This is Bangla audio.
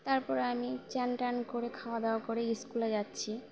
তারপর আমি স্নান ট্যান করে খাওয়া দাওয়া করে স্কুলে যাচ্ছি